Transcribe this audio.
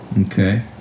Okay